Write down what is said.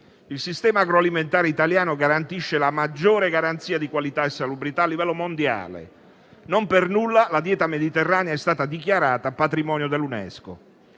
Il sistema agroalimentare italiano offre la maggiore garanzia di qualità e salubrità a livello mondiale. Non per nulla, la dieta mediterranea è stata dichiarata patrimonio dell'UNESCO.